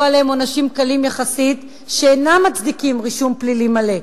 עליהם עונשים קלים יחסית שאינם מצדיקים רישום פלילי מלא.